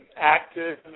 active